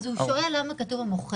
כל אחד הבהיר את עמדתו,